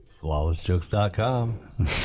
Flawlessjokes.com